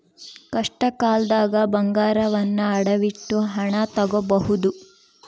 ಕಷ್ಟಕಾಲ್ದಗ ಬಂಗಾರವನ್ನ ಅಡವಿಟ್ಟು ಹಣ ತೊಗೋಬಹುದು